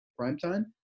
primetime